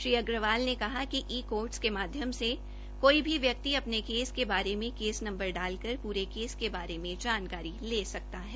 श्री अग्रवाल ने कहा कि ई कोर्टस के माध्यम से कोई भी व्यक्ति अपने केस के बारे में केस नम्बर डालकर प्रे केस के बारे में जानकारी ले सकता है